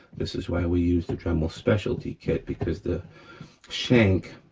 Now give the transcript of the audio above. this is why we use the dremel specialty kit because the shank